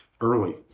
early